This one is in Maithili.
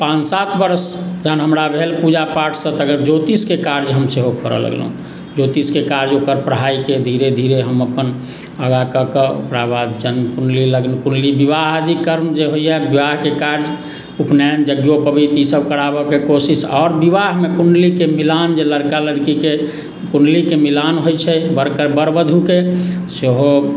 पाँच सात बरस जखन हमरा भेल पूजा पाठसँ तखन ज्योतिषके कार्य हम सेहो करय लगलहुँ ज्योतिषके कार्य ओकर पढ़ाइके धीरे धीरे हम अपन आगाँ ककऽ ओकरा बाद जन्म कुण्डली लग्न कुण्डली विवाह आदि कर्म जे होइए विवाहके कार्य उपनयन यज्ञोपवीत ई सभ कराबयके कोशिश आओर विवाहमे कुण्डलीके मिलान जे लड़का लड़कीके कुण्डलीके मिलान होइत छै वरके वर वधूके सेहो